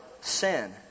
sin